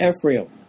Ephraim